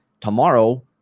tomorrow